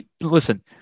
Listen